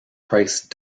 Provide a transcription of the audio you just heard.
price